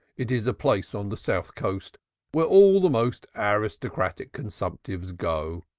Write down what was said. it is a place on the south coast where all the most aristocratic consumptives go.